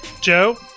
Joe